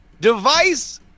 device